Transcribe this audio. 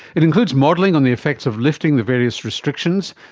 it includes modelling on the effects of lifting the various restrictions.